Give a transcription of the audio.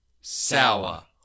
sour